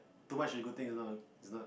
too much a good thing is not a is not